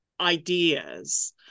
ideas